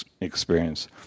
experience